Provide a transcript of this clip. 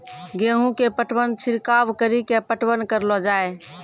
गेहूँ के पटवन छिड़काव कड़ी के पटवन करलो जाय?